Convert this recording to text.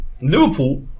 Liverpool